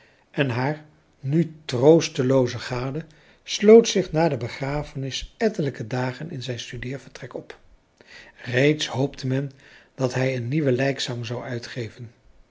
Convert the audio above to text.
en haar nu troostelooze gade sloot zich na de begrafenis ettelijke dagen in zijn studeervertrek op reeds hoopte men dat hij een nieuwen lijkzang zou uitgeven